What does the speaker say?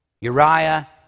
Uriah